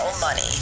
money